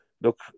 look